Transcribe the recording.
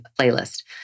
playlist